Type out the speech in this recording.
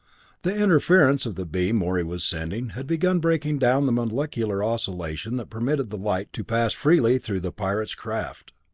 the interference of the beam morey was sending had begun breaking down the molecular oscillation that permitted the light to pass freely through the pirate's craft.